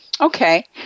Okay